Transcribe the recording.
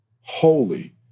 holy